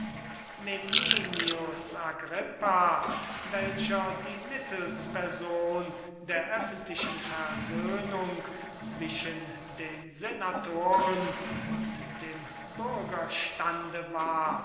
agrippa welcher die mittelsperson der öffentlichen versöhnung zwischen den senatoren und dem bürgerstande war